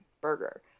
Burger